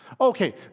okay